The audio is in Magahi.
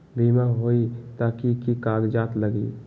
बिमा होई त कि की कागज़ात लगी?